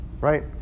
right